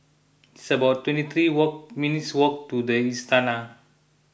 it's about twenty three walk minutes' walk to the Istana